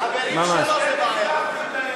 חברים שלו, זה בעיה.